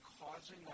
causing